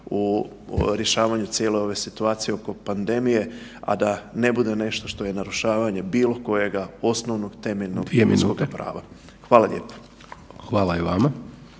u rješavanju cijele ove situacije oko pandemije, a da ne bude nešto što je narušavanje bilo kojega osnovnog temeljnog ljudskoga prava.. Hvala lijepo.